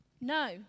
No